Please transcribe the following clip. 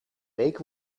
week